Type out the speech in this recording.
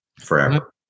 forever